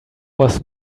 was